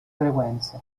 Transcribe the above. frequenze